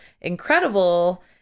incredible